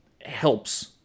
helps